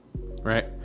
right